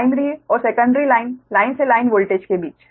primary और secondary line line से line voltage के बीच